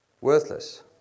worthless